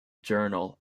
journal